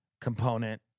component